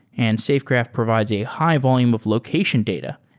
and safegraph provides a high-volume of location data.